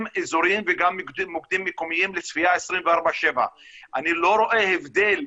אזוריים וגם מוקדים מקומיים לצפייה 24/7. אני לא רואה הבדל,